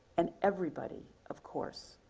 and everybody, of course,